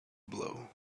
blow